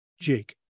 Jake